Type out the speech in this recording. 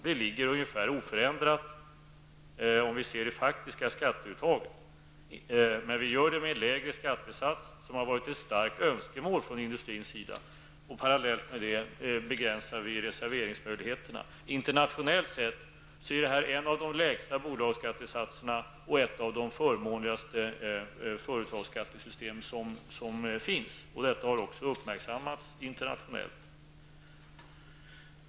Det är ungefär oförändrat om man ser på det faktiska skatteuttaget. Men det görs med en lägre skattesats, som har varit ett starkt önskemål från industrins sida. Parallellt med det begränsas reserveringsmöjligheterna. Internationellt sett är detta en av de lägsta bolagsskattesatserna och ett av de förmånligaste företagsskattesystem som finns. Det har också uppmärksammats internationellt.